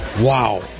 Wow